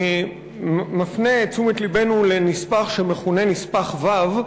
מפנה את תשומת לבנו לנספח שמכונה "נספח ו'",